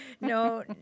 no